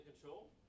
control